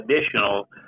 additional